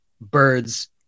birds